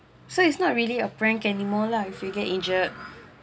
so it's not really a friend anymore lah if you get injured